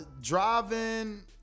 driving